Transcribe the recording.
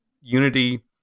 Unity